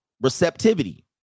receptivity